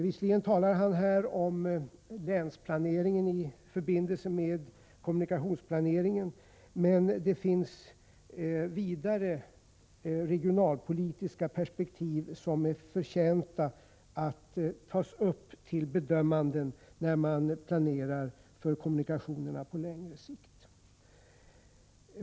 Visserligen talar han här om länsplaneringen i förbindelse med kommunikationsplaneringen, men det finns vidare regionalpolitiska perspektiv som förtjänar att tas upp till bedömning när man planerar för kommunikationerna på längre sikt.